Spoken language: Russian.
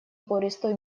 пористую